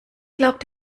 glaubt